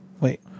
wait